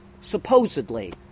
supposedly